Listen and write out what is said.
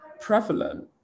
prevalent